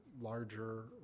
larger